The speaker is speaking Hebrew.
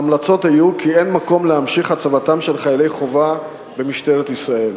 ההמלצות היו כי אין מקום להמשיך הצבתם של חיילי חובה במשטרת ישראל,